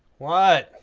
what?